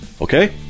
okay